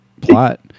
plot